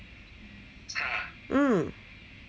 mm